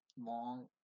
long